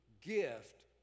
gift